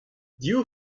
div